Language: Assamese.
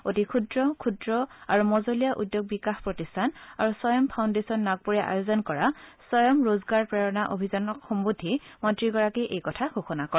অতি ক্ষুদ্ৰ ক্ষুদ্ৰ মজলীয়া উদ্যোগ বিকাশ প্ৰতিষ্ঠান আৰু স্বয়ম ফাউণ্ডেচন নাগপুৰে আয়োজন কৰা স্বয়ম ৰোজগাৰ প্ৰেৰণা অভিযান সম্বোধি মন্ত্ৰীগৰাকীয়ে এই কথা ঘোষণা কৰে